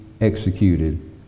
executed